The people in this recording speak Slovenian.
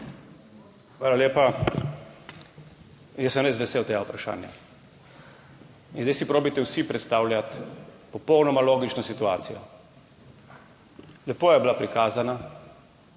Hvala lepa. Jaz sem res vesel tega vprašanja. In zdaj si probajte vsi predstavljati popolnoma logično situacijo. Lepo je bila prikazana,